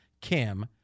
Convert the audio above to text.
Kim